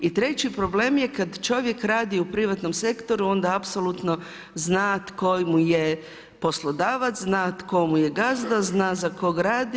I treći problem je kada čovjek radi u privatnom sektoru onda apsolutno zna tko mu je poslodavac, zna tko mu je gazda, zna za koga radi.